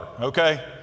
Okay